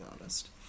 honest